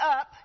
up